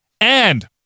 And-